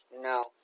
No